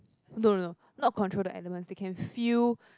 no no no not control the elements they can feel